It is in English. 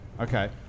Okay